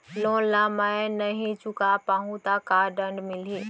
Loan ला मैं नही चुका पाहव त का दण्ड मिलही?